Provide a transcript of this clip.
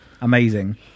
amazing